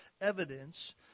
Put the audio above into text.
evidence